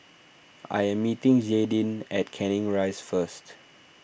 I am meeting Jaydin at Canning Rise first